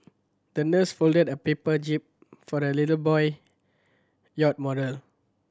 the nurse folded a paper jib for the little boy yacht model